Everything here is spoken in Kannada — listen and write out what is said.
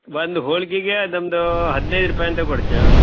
ಒಂದು ಹೋಳಿಗೆಗೆ ನಮ್ಮದು ಹದಿನೈದು ರೂಪಾಯಿ ಅಂತ ಕೊಡ್ತೇವೆ